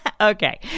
Okay